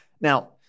Now